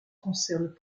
concernent